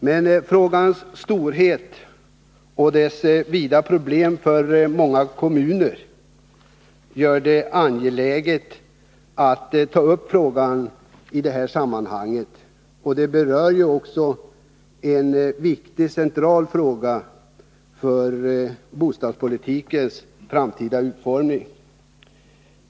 Men frågans storlek och de betydande problemen för många kommuner gör det angeläget att ta upp frågan i det här sammanhanget. Den berör också viktiga och centrala delar när det gäller bostadspolitikens framtida utformning.